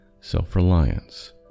self-reliance